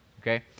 Okay